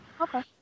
Okay